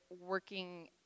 working